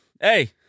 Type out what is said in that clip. Hey